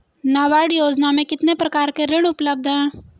नाबार्ड योजना में कितने प्रकार के ऋण उपलब्ध हैं?